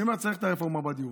אני אומר שצריך את הרפורמה בדיור,